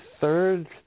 third